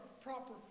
proper